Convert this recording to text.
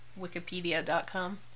wikipedia.com